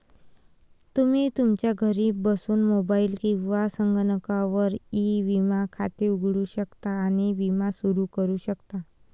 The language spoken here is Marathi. तुम्ही तुमच्या घरी बसून मोबाईल किंवा संगणकावर ई विमा खाते उघडू शकता आणि विमा सुरू करू शकता